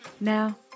Now